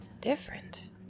different